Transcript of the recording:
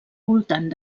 voltant